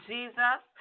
Jesus